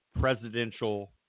presidential